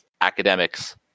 academics